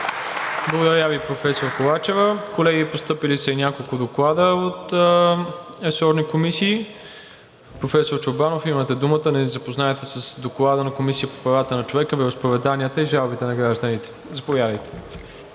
Благодаря Ви, професор Ковачева. Колеги, постъпили са и няколко доклада от ресорни комисии. Професор Чорбанов, имате думата да ни запознаете с Доклада на Комисията по правата на човека, вероизповеданията и жалбите на гражданите. Само един